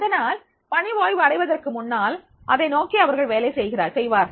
அதனால் பணி ஓய்வு அடைவதற்கு முன்னால் இதை நோக்கி அவர்கள் வேலை செய்வார்கள்